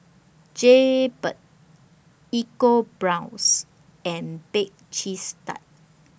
Jaybird EcoBrown's and Bake Cheese Tart